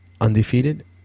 undefeated